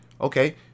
okay